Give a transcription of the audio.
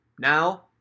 Now